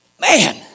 man